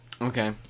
Okay